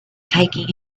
taking